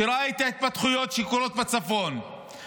שראה את ההתפתחויות שקורות בצפון,